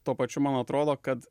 tuo pačiu man atrodo kad